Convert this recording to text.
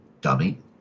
dummy